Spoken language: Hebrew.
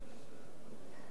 לרשותך חמש דקות.